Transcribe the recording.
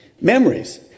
Memories